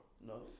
No